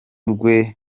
rwe